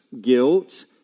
guilt